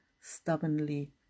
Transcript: stubbornly